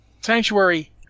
Sanctuary